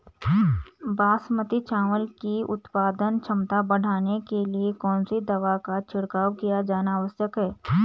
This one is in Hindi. बासमती चावल की उत्पादन क्षमता बढ़ाने के लिए कौन सी दवा का छिड़काव किया जाना आवश्यक है?